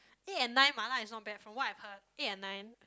eight and nine mala is not bad from what I heard eight and nine